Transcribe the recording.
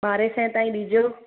ॿारहें सैं ताईं ॾिजो